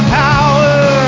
power